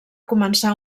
començar